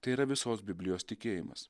tai yra visos biblijos tikėjimas